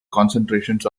concentrations